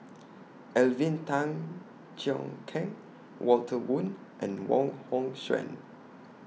Alvin Tan Cheong Kheng Walter Woon and Wong Hong Suen